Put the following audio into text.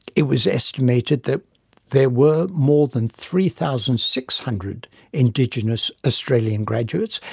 it was estimated that there were more than three thousand six hundred indigenous australian graduates,